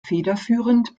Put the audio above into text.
federführend